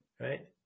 right